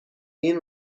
این